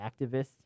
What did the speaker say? activists